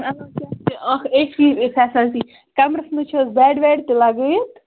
آ کیٛاہ چھِ اَکھ اَے سی فیسلٹی کَمرَس منٛز چھِ حظ بیٚڈ ویٚڈ تہِ لگاوِتھ